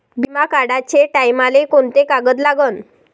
बिमा काढाचे टायमाले मले कोंते कागद लागन?